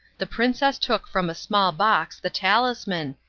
the princess took from a small box the talisman,